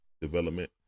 development